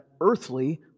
earthly